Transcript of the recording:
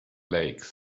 lakes